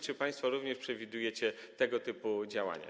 Czy państwo również przewidujecie tego typu działania?